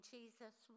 Jesus